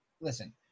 listen